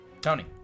Tony